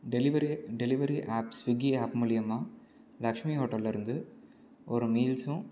delivery delivery apps Swiggy app மூலயமா லக்ஷ்மி ஹோட்டல்லேருந்து ஒரு மீல்சும்